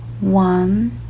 one